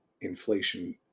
inflation